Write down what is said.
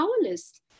powerless